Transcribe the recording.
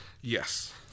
Yes